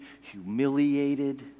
humiliated